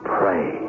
pray